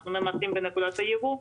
אנחנו ממפים בנקודת הייבוא,